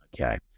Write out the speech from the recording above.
Okay